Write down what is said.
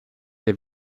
der